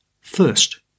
First